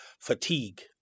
fatigue